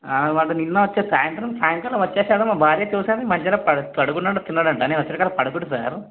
వాళ్ళు నిన్న వచ్చారు సాయంత్రం సాయంకాలం వచ్చేసాడు మా భార్య చూసింది మధ్యలో పడుకున్నాడు తిన్నాడంట నేను వచ్చేసరికల్లా పడుకుండిపోయారు